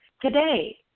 today